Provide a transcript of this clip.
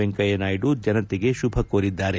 ವೆಂಕಯ್ಕನಾಯ್ಡು ಜನತೆಗೆ ಶುಭ ಕೋರಿದ್ದಾರೆ